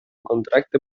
contracte